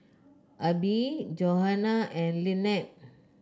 Abie Johannah and Lynnette